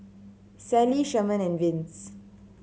Sallie Sherman and Vince